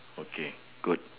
okay good